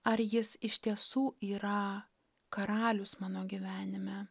ar jis iš tiesų yra karalius mano gyvenime